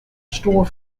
store